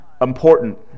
important